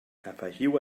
afegiu